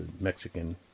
Mexican